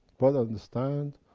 but understand,